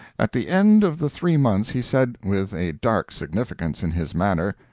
at the end of the three months he said, with a dark significance in his manner,